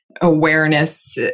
awareness